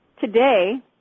today